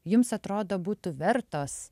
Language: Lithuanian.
jums atrodo būtų vertos